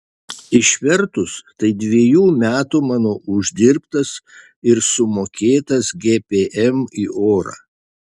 išvertus tai dviejų metų mano uždirbtas ir sumokėtas gpm į orą